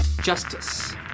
justice